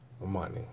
money